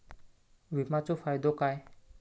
विमाचो फायदो काय?